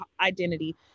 identity